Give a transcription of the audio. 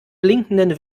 blinkenden